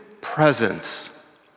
presence